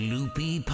Loopy